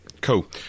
Cool